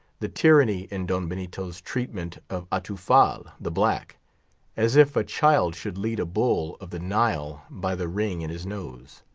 the tyranny in don benito's treatment of atufal, the black as if a child should lead a bull of the nile by the ring in his nose.